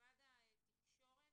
משרד התקשורת,